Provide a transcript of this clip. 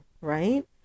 right